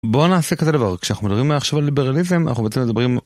בוא נעשה כזה דבר, כשאנחנו מדברים מעכשיו על ליברליזם, אנחנו בעצם מדברים...